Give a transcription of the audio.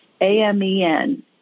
a-m-e-n